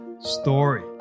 story